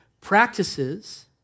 practices